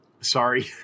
Sorry